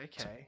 okay